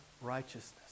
righteousness